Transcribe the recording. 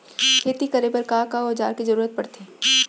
खेती करे बर का का औज़ार के जरूरत पढ़थे?